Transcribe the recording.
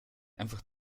einfach